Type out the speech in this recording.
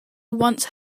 once